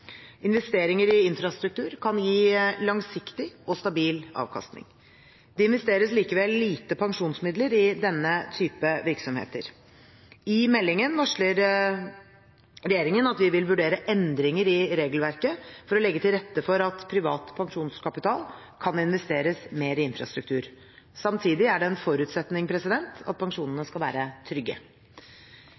Investeringer i infrastruktur kan gi langsiktig og stabil avkastning. Det investeres likevel lite pensjonsmidler i denne type virksomheter. I meldingen varsler regjeringen at vi vil vurdere endringer i regelverket for å legge til rette for at privat pensjonskapital kan investeres mer i infrastruktur. Samtidig er det en forutsetning at pensjonene skal være trygge.